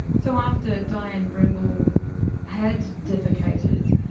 so after dianne brimble had defecated,